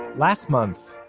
last month,